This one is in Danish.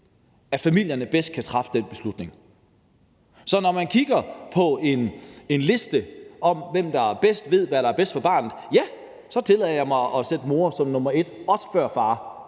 at familierne bedst selv kan træffe den beslutning. Så når man kigger på en liste over, hvem der bedst ved, hvad der er bedst for barnet, ja, så tillader jeg mig at sætte mor som nr. 1, også før far.